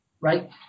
right